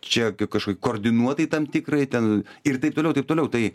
čia kaip kaž koordinuotai tam tikrai ten ir taip toliau ir taip toliau tai